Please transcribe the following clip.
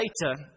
later